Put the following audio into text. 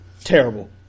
terrible